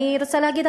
אני רוצה להגיד,